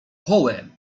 kołem